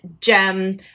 gem